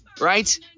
right